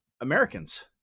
Americans